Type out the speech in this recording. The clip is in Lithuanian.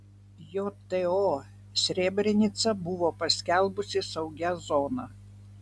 jto srebrenicą buvo paskelbusi saugia zona